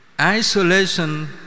Isolation